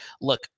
look